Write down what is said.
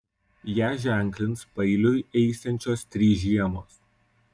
ją ženklins paeiliui eisiančios trys žiemos